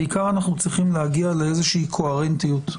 בעיקר, אנחנו צריכים להגיע לאיזושהי קוהרנטיות,